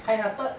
kind hearted